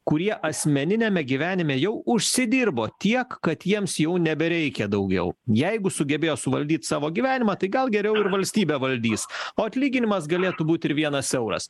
kurie asmeniniame gyvenime jau užsidirbo tiek kad jiems jau nebereikia daugiau jeigu sugebėjo suvaldyt savo gyvenimą tai gal geriau ir valstybę valdys o atlyginimas galėtų būt ir vienas euras